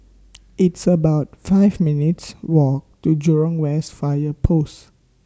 It's about five minutes' Walk to Jurong West Fire Post